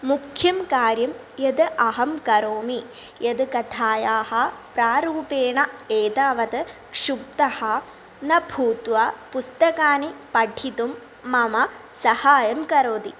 मुख्यं कार्यं यत् अहं करोमि यत् कथायाः प्रारूपेण एतावत् सुप्तः न भूत्वा पुस्तकानि पठितुं मम सहायं करोति